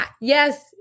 yes